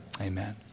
Amen